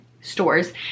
stores